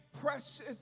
precious